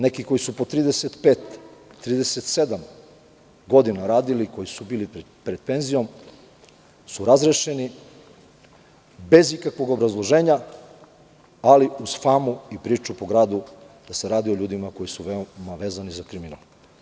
Neki koji su po 35 ili 37 godina radili, koji su bili pred penzijom su razrešeni bez ikakvog obrazloženja, ali uz famu i priču po gradu da se radi o ljudima koji su vezani za kriminal.